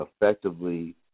effectively